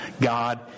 God